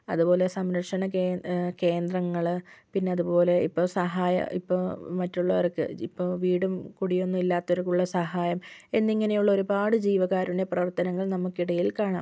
അതുപോലെ സംരക്ഷണ കേ കേന്ദ്രങ്ങൾ പിന്നതുപോലെ ഇപ്പോൾ സഹായ ഇപ്പോൾ മറ്റുള്ളവർക്ക് ഇപ്പോൾ വീടും കുടിയൊന്നും ഇല്ലാത്തവർക്കുള്ള സഹായം എന്നിങ്ങനെയുള്ള ഒരുപാട് ജീവകാരുണ്യ പ്രവർത്തനങ്ങൾ നമുക്കിടയിൽ കാണാം